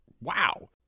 Wow